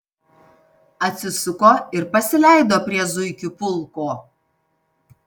atsisuko ir pasileido prie zuikių pulko